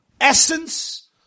essence